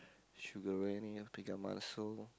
sugar